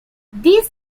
these